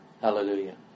Hallelujah